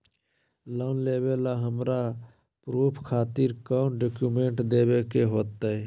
Loan लेबे ला हमरा प्रूफ खातिर कौन डॉक्यूमेंट देखबे के होतई?